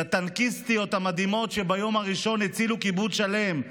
לטנקיסטיות המדהימות שביום הראשון הצילו קיבוץ שלם,